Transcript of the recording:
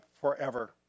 forever